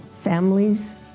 families